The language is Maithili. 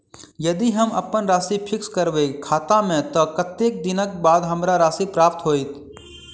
यदि हम अप्पन राशि फिक्स करबै खाता मे तऽ कत्तेक दिनक बाद हमरा राशि प्राप्त होइत?